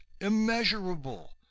immeasurable